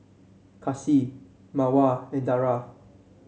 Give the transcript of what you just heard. Kasih Mawar and Dara